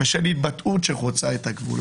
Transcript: בשל התבטאות שחוצה את הגבול".